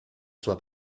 sua